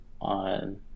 on